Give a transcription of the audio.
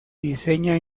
diseña